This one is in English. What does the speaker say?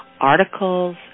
articles